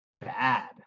bad